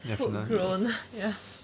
food plant ya